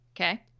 Okay